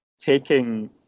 taking